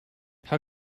how